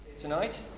tonight